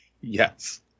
Yes